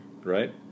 right